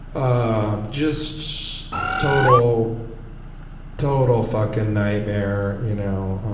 um just total total fucking nightmare. you know